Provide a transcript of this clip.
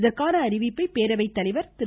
இதற்கான அறிவிப்பை பேரவை தலைவர் திரு